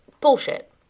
bullshit